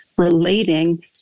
relating